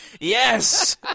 Yes